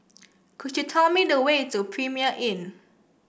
could you tell me the way to Premier Inn